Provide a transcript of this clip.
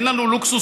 אין לנו לוקסוס,